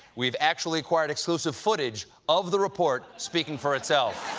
we've actually acquired exclusive footage of the report speaking for itself.